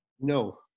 no